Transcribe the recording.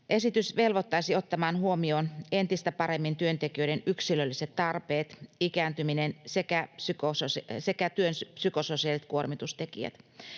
Esitys velvoittaisi ottamaan huomioon entistä paremmin työntekijöiden yksilölliset tarpeet, ikääntymisen sekä työn psykososiaaliset kuormitustekijät.